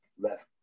left